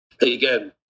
again